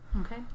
Okay